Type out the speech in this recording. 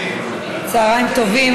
צוהריים טובים.